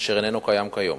התש"ע 2010, קריאה ראשונה.